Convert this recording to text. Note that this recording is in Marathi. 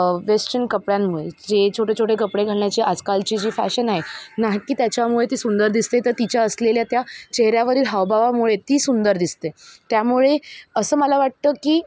वेस्टर्न कपड्यांमुळे जे छोटेछोटे कपडे घालण्याची आजकालची जी फॅशन आहे ना की त्याच्यामुळे ती सुंदर दिसते तर तिच्या असलेल्या त्या चेहऱ्यावरील हावभावामुळे ती सुंदर दिसते त्यामुळे असं मला वाटतं की